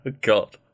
God